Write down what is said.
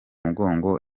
mugongo